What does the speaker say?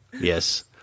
Yes